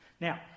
Now